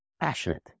passionate